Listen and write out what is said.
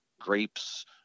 grapes